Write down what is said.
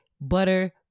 butter